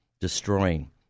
destroying